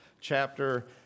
chapter